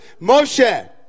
Moshe